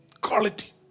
Quality